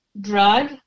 drug